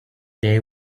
day